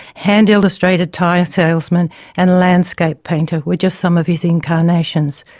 hand-illustrated tie salesman and landscape painter were just some of his incarnations.